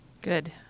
good